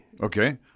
Okay